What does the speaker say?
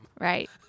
Right